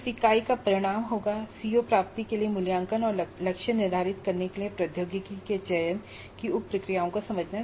उस इकाई का परिणाम होगा सीओ प्राप्तियों के लिए मूल्यांकन और लक्ष्य निर्धारित करने के लिए प्रौद्योगिकी के चयन की उप प्रक्रियाओं को समझना